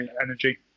energy